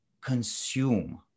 consume